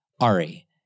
Ari